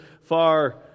far